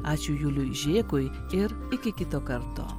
ačiū juliui žėkui ir iki kito karto